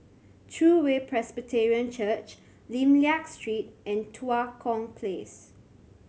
True Way Presbyterian Church Lim Liak Street and Tua Kong Place